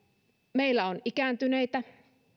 meillä on ikääntyneitä